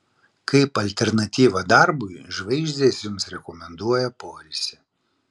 kaip alternatyvą darbui žvaigždės jums rekomenduoja poilsį